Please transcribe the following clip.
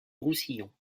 roussillon